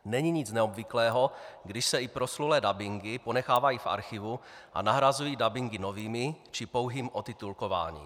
Není nic neobvyklého, když se i proslulé dabingy ponechávají v archivu a nahrazují dabingy novými či pouhým otitulkováním.